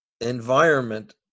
environment